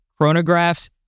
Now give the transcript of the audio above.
chronographs